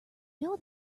know